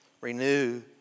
Renew